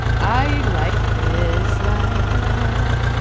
i like this life that i have.